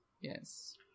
yes